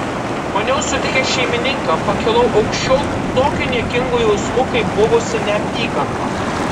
maniau sutikęs šeimininką pakilau aukščiau tokių niekingų jausmų kaip buvusi neapykanta